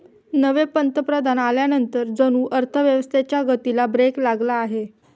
नवे पंतप्रधान आल्यानंतर जणू अर्थव्यवस्थेच्या गतीला ब्रेक लागला आहे